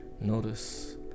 notice